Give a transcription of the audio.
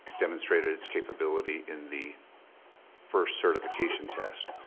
demonstrated its capability in the first certification test.